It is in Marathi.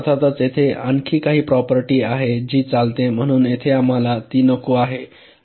आता अर्थातच तेथे आणखी काही प्रॉपर्टी आहे जि चालते म्हणून येथे आम्हाला ती नको आहे